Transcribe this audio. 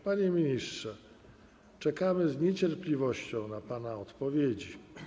Panie ministrze, czekamy z niecierpliwością na pana odpowiedzi.